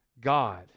God